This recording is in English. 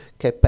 che